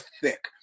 thick